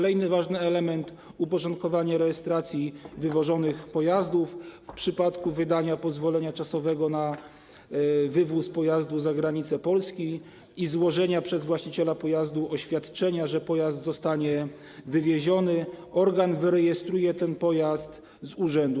Kolejny ważny element: uporządkowanie rejestracji wywożonych pojazdów w przypadku wydania pozwolenia czasowego na wywóz pojazdu za granice Polski i złożenia przez właściciela pojazdu oświadczenia, że pojazd zostanie wywieziony, organ wyrejestruje ten pojazd z urzędu.